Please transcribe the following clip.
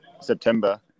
September